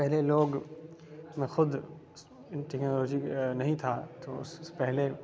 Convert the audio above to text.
پہلے لوگ میں خود ٹیکنالوجی نہیں تھا تو پہلے